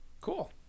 Cool